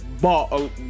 ball